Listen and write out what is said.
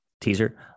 teaser